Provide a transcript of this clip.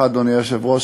אדוני היושב-ראש,